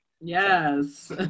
Yes